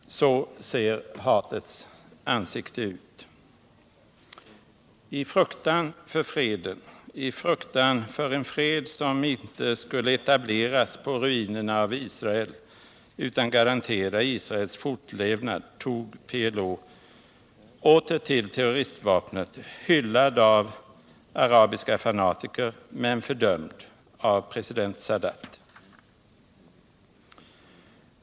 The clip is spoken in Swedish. Så ser hatets ansikte ut. I fruktan för freden, i fruktan för en fred som inte skulle etableras på ruinerna av Israel utan garantera Israels fortlevnad, tog PLO åter till terroristvapnet — hyllad av arabiska fanatiker men fördömd av president Sadat.